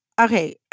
okay